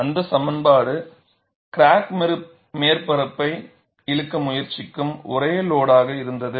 அந்த சமன்பாடு கிராக் மேற்பரப்பை இழுக்க முயற்சிக்கும் ஒரு லோடாக இருந்தது